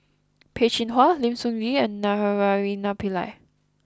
Peh Chin Hua Lim Sun Gee and Naraina Pillai